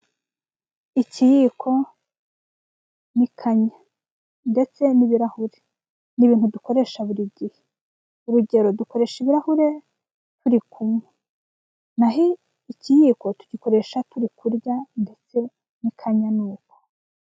Ikiyiko n'ikanya ndetse n'ibirahure, ni ibintu dukoresha buri gihe, urugero dukoresha ibirahure turi kunywa, naho ikiyiko tugikoresha turi kurya ndetse n'ikanya ni uko.